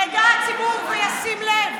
ידע הציבור וישים לב